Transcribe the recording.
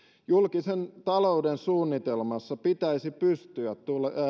julkisen talouden suunnitelmassa pitäisi pystyä